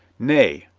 nay,